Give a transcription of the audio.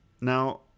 Now